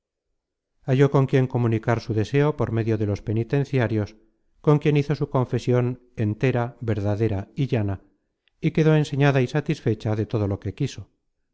halló con quién comunicar su deseo por medio de los penitenciarios con quien hizo su confesion entera verdadera y llana y quedó enseñada y satisfecha de todo lo que quiso